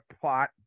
plot